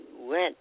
went